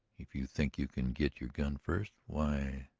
if you think you can get your gun first. why,